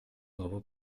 nuovo